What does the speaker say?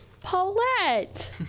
Paulette